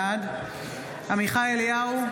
בעד עמיחי אליהו,